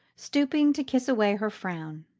stooping to kiss away her frown.